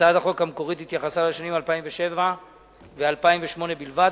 הצעת החוק המקורית התייחסה לשנים 2007 ו-2008 בלבד,